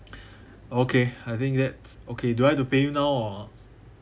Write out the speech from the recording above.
okay I think that's okay do I have to pay you now or